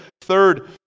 third